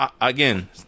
again